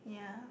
yeah